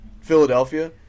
Philadelphia